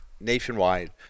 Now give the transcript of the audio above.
nationwide